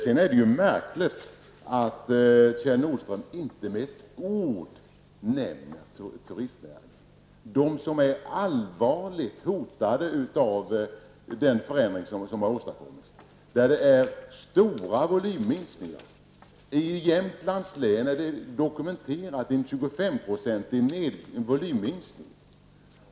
Vidare är det märkligt att Kjell Nordström inte med ett ord nämner turistnäringen, som är allvarligt hotad efter den förändring som genomförts. Turistnäringen har fått vidkännas stora volymminskningar. I Jämtlands län är en 25 procentig volymminskning dokumenterad.